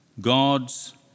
God's